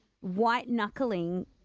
white-knuckling